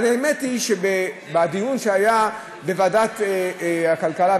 והאמת היא שבדיון שהיה בוועדת הכלכלה,